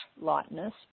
lightness